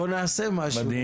בוא נעשה משהו.